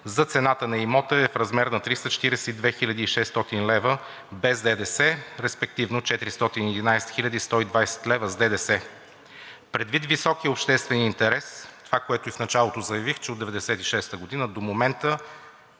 за цената на имота, е в размер на 342 хил. и 600 лв., без ДДС, респективно 411 хил. 120 лв. с ДДС. Предвид високия обществен интерес – това, което и в началото заявих, е, че от 1996 г. до момента